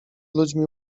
ludźmi